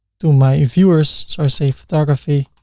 to my viewers. so i say photography